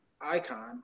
Icon